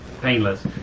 painless